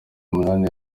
umunani